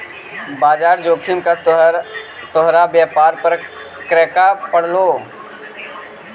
बाजार जोखिम का तोहार व्यापार पर क्रका पड़लो